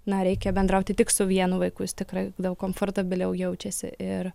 na reikia bendrauti tik su vienu vaiku jis tikrai daug komfortabiliau jaučiasi ir